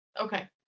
Okay